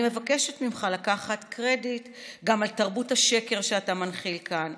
אני מבקשת ממך לקחת קרדיט גם על תרבות השקר שאתה מנחיל כאן,